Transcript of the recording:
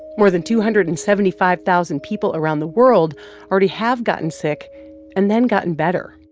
more than two hundred and seventy five thousand people around the world already have gotten sick and then gotten better.